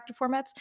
formats